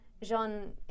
Jean